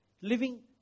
living